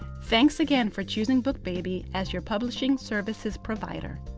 thanks again for choosing bookbaby as your publishing services provider.